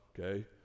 okay